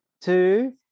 two